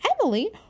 emily